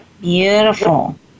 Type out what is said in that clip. Beautiful